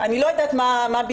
אני לא יודעת מה בדיוק.